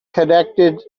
connected